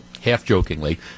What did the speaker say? half-jokingly